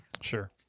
Sure